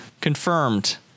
confirmed